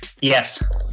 Yes